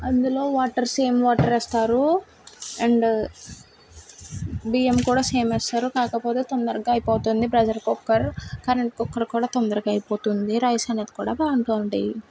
అందులో water same water వేస్తారు and బియ్యం కూడా సేమ్ వేస్తారు కాకపోతే తొందరగా అయిపోతుంది ప్రెజర్ కుక్కర్ కరెంట్ కుక్కర్ కూడా తొందరగా అయిపోతుంది రైస్ అనేది కూడా బాగుంటుంది